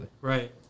Right